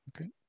Okay